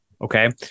Okay